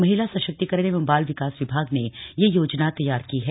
महिला सशक्तिकरण एवं बाल विकास विभाग ने ये योजना तैयार की है